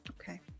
Okay